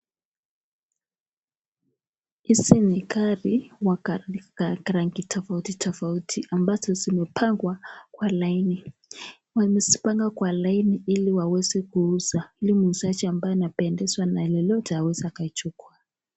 Hizi ni gari ya rangi tofauti tofauti ambazo zimepangwa kwa laini wamepanga laini ili waweze kuuza ili mwuzaji ambaye anapendzwa na lolote aweze akaichukua.